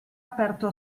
aperto